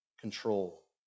control